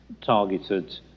targeted